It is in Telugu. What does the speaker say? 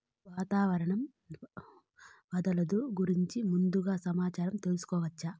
వాతావరణం వరదలు గురించి ముందుగా సమాచారం తెలుసుకోవచ్చా?